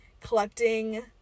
collecting